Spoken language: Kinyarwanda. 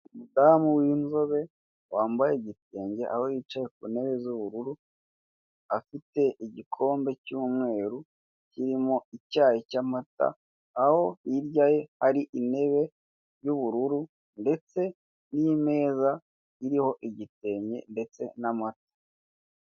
Umudamu w'inzobe, wambaye igitenge, aho yicaye ku ntebe z'ubururu, afite igikombe cy'umweru kirimo icyayi cy'amata, aho hirya ye hari intebe y'ubururu ndetse n'imeza iriho igitenge ndetse n'amata.